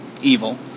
evil